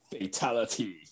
fatality